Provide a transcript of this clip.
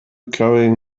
carrying